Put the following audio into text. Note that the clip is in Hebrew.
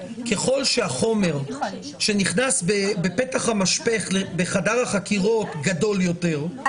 ככל שהחומר שנכנס בפתח המשפך בחדר החקירות גדול יותר,